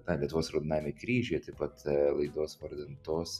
na lietuvos raudonajame kryžiuje taip pat laidos vardan tos